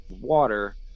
water